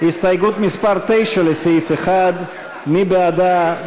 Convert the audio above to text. הסתייגות מס' 9 לסעיף 1, מי בעדה?